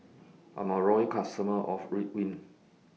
I'm A Loyal customer of Ridwind